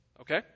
okay